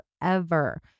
forever